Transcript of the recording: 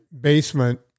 basement